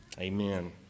Amen